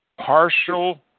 Partial